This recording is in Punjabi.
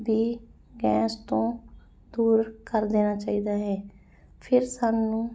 ਵੀ ਗੈਸ ਤੋਂ ਦੂਰ ਕਰ ਦੇਣਾ ਚਾਹੀਦਾ ਹੈ ਫਿਰ ਸਾਨੂੰ